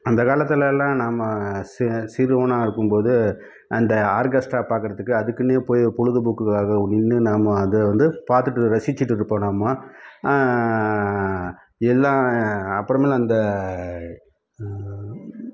அந்த காலத்துலெல்லாம் நாம் சி சிறுவனாக இருக்கும்போது அந்த ஆர்கஸ்ட்டா பார்க்கறதுக்கு அதுக்குன்னே போய் பொழுதுபோக்குகளாக நின்று நாம் அதை வந்து பார்த்துட்டு ரசிச்சுட்டு இருப்போம் நாம் எல்லாம் அப்புறமேல் அந்த